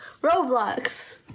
Roblox